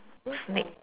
sneak